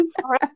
sorry